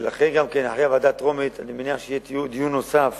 ולכן גם אחרי הקריאה הטרומית אני מניח שיהיה דיון נוסף